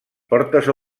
portes